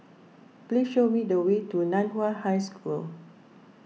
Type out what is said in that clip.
please show me the way to Nan Hua High School